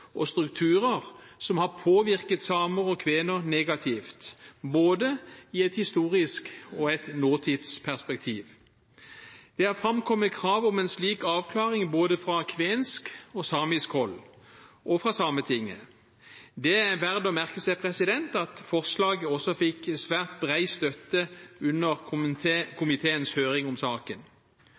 og strukturer som har påvirket samer og kvener negativt, både i et historisk perspektiv og i et nåtidsperspektiv. Det har framkommet krav om en slik avklaring både fra kvensk og samisk hold og fra Sametinget. Det er verd å merke seg at forslaget også fikk svært bred støtte under komiteens høring om saken.